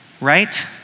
right